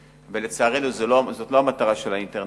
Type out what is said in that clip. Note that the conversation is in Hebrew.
ולצערנו, זו לא המטרה של האינטרנט.